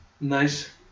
Nice